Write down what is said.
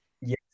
Yes